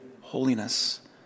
holiness